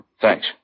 Thanks